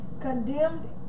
condemned